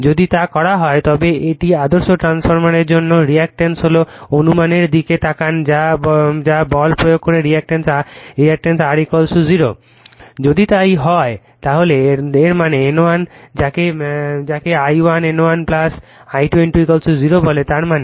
যদি তা করা হয় তবে একটি আদর্শ ট্রান্সফরমারের জন্য রিঅ্যাকটেন্স হল অনুমানের দিকে তাকান যা বল প্রয়োগ করে রিঅ্যাকটেন্স R 0 যদি তাই হয় তাহলে এর মানে N1 যাকে I1 N1 I2 N2 0 বলে তার মানে